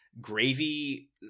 gravy